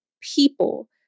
people